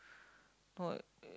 what